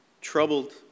troubled